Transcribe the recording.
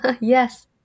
yes